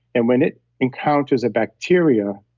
and when it encounters a bacteria,